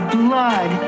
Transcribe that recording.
blood